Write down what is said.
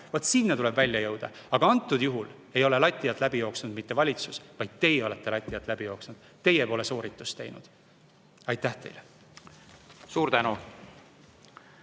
sinna tuleb välja jõuda. Aga antud juhul ei ole lati alt läbi jooksnud mitte valitsus, vaid teie olete lati alt läbi jooksnud, teie poole sooritust teinud. Aitäh teile! Ma olen